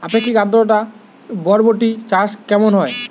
আপেক্ষিক আদ্রতা বরবটি চাষ কেমন হবে?